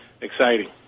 exciting